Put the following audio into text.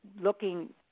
looking